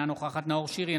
אינה נוכחת נאור שירי,